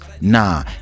Nah